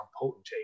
potentate